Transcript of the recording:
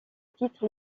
titre